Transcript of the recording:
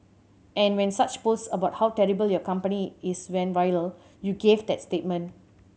and when such posts about how terrible your company is went viral you gave that statement